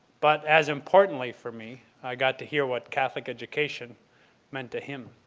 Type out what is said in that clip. but as importantly for me i got to hear what catholic education meant to him.